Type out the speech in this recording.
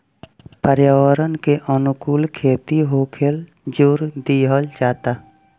पर्यावरण के अनुकूल खेती होखेल जोर दिहल जाता